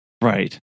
right